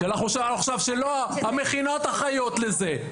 אנחנו שמענו עכשיו: "לא, המכינות אחראיות לזה".